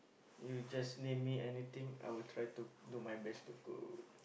you just name me anything I will try to do my best to